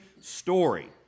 story